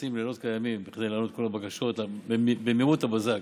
שעושים לילות כימים כדי לענות על כל הבקשות במהירות הבזק.